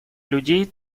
людей